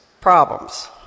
problems